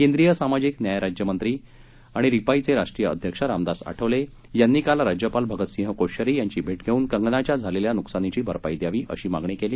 केंद्रीय सामाजिक न्यायराज्यमंत्री आणि रिपाधि राष्ट्रीय अध्यक्ष रामदास आठवले यांनी काल राज्यपाल भगतसिंह कोश्यारी यांची भेट घेऊन कंगनाच्या झालेल्या नुकसानीची भरपाई देण्यात यावी अशी मागणी केली